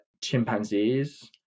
chimpanzees